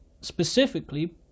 Specifically